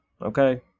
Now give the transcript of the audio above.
okay